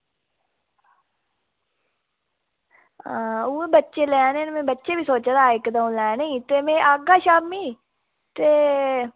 आं बच्चे लैने न में बच्चे बी सोचे दा हा इक्क दंऊ लैने गी ते में आह्गा शामीं ते